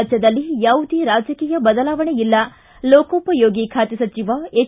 ರಾಜ್ಯದಲ್ಲಿ ಯಾವುದೇ ರಾಜಕೀಯ ಬದಲಾವಣೆಯಿಲ್ಲ ಲೋಕೋಪಯೋಗಿ ಖಾತೆ ಸಚಿವ ಎಚ್